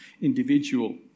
individual